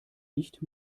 nicht